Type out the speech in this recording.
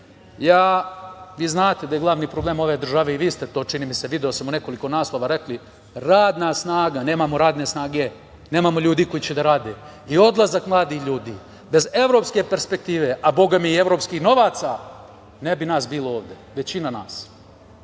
Vi znate da je glavni problem ove države, i vi ste to, čini mi se, video sam u nekoliko naslova rekli – radna snaga, nemamo radne snage, nemamo ljudi koji će da rade i odlazak mladih ljudi. Bez evropske perspektive, a bogami, i evropskih novaca, ne bi nas bilo ovde, većine nas,